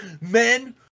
Men